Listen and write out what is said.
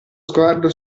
sguardo